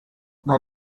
they